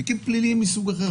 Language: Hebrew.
תיקים פליליים מסוג אחר,